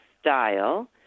style